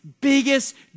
biggest